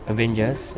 Avengers